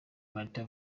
martin